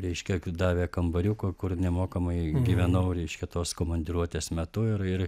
reiškia davė kambariuką kur nemokamai gyvenau reiškia tos komandiruotės metu ir ir